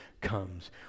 comes